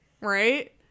right